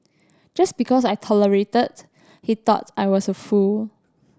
just because I tolerated he thought I was a fool